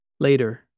Later